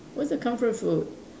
what's your comfort food